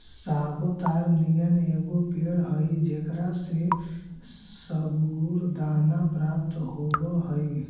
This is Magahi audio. सागो ताड़ नियन एगो पेड़ हई जेकरा से सबूरदाना प्राप्त होब हई